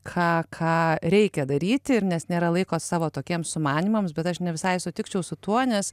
ką ką reikia daryti ir nes nėra laiko savo tokiems sumanymams bet aš ne visai sutikčiau su tuo nes